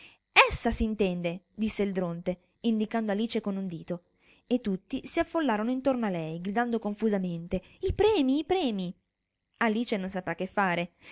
essa s'intende disse il dronte indicando alice con un dito e tutti si affollarono intorno a lei gridando confusamente i premii i premii alice non sapea che fare